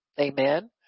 Amen